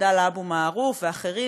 עבדאללה אבו מערוף ואחרים,